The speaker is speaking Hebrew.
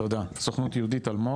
תודה, סוכנות יהודית, אלמוג.